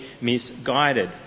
misguided